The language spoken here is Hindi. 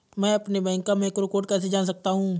मैं अपने बैंक का मैक्रो कोड कैसे जान सकता हूँ?